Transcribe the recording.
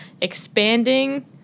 expanding